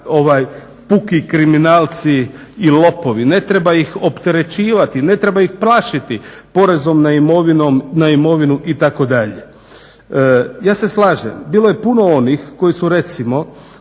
puki kriminalci i lopovi. Ne treba ih opterećivati, ne treba ih plašiti porezom na imovinu itd. Ja se slažem, bilo je puno onih koji su recimo